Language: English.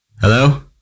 Hello